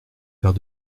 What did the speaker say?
paire